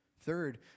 Third